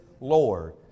Lord